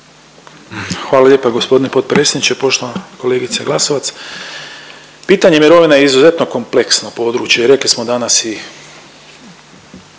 Hvala lijepo gospodine potpredsjedniče. Poštovana kolegice Glasovac, pitanje mirovina je izuzetno kompleksno područje, rekli smo danas i